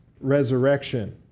resurrection